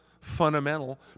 fundamental